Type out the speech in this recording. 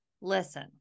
listen